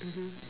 mmhmm